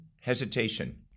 hesitation